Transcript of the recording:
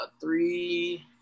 three